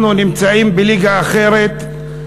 אנחנו נמצאים בליגה אחרת,